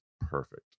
perfect